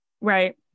Right